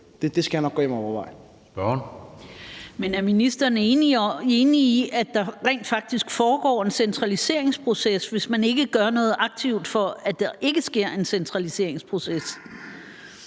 Jette Gottlieb (EL): Men er ministeren enig i, at der rent faktisk foregår en centraliseringsproces, hvis man ikke gør noget aktivt for, at der ikke sker en centraliseringsproces?